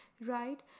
right